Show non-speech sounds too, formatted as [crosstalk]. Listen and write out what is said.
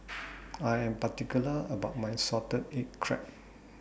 [noise] I Am particular about My Salted Egg Crab